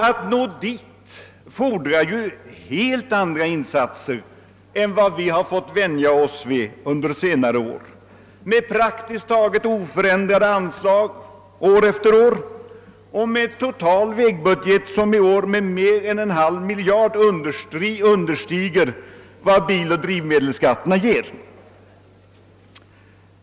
Att nå dit fordrar helt andra insatser än vi fått vänja oss vid under senare år med praktiskt taget oförändrade anslag år efter år och med en total vägbudget som i år med mer än !/2 miljard kronor understiger vad biloch drivmedelsskatterna ger.